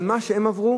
על מה שהם עברו